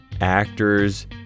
actors